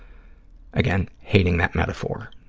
again, hating that metaphor.